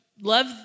Love